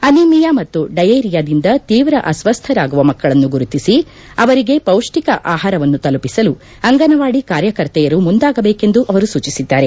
anaemia ಮತ್ತು ಡಯೇರಿಯಾದಿಂದ ತೀವ್ರ ಅಸ್ತಸ್ಥರಾಗುವ ಮಕ್ಕಳನ್ನು ಗುರುತಿಸಿ ಅವರಿಗೆ ಪೌಷ್ಣಿಕ ಆಹಾರವನ್ನು ತಲುಪಿಸಲು ಅಂಗನವಾಡಿ ಕಾರ್ಯಕರ್ತೆಯರು ಮುಂದಾಗಬೇಕೆಂದು ಅವರು ಸೂಚಿಸಿದ್ದಾರೆ